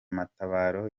matabaro